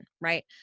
right